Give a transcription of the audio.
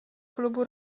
klubu